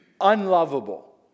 unlovable